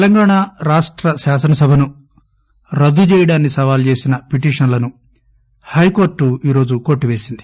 తెలంగాణరాష్టశాసనసభనురద్దుచేయడాన్ని సవాలుచేసినపిటిషన్లనుహైకోర్టుఈరోజుకొట్టివే సింది